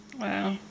wow